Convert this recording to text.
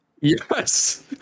yes